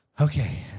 Okay